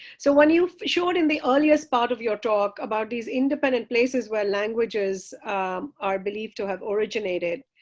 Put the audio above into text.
so when you showed in the earliest part of your talk about these independent places where languages are believed to have originated,